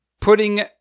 putting